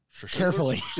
Carefully